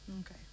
Okay